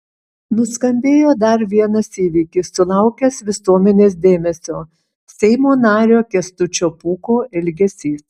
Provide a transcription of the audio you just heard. nuskambėjo dar vienas įvykis sulaukęs visuomenės dėmesio seimo nario kęstučio pūko elgesys